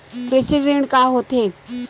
कृषि ऋण का होथे?